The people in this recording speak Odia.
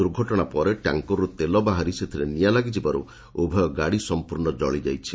ଦୁର୍ଘଟଣା ପରେ ଟ୍ୟାଙ୍କରରୁ ତେଲ ବାହାରି ସେଥିରେ ନିଆଁ ଲାଗିଯିବାରୁ ଉଭୟ ଗାଡ଼ି ସଂପୂର୍ଣ୍ଣ କଳିଯାଇଛି